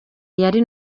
yari